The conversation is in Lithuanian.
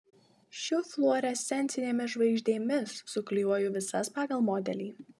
šiu fluorescencinėmis žvaigždėmis suklijuoju visas pagal modelį